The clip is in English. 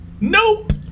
Nope